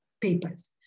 papers